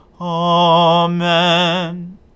Amen